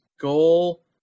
goal